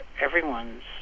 everyone's